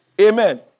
Amen